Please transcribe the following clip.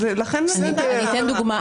אתן דוגמה.